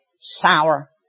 sour